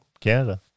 Canada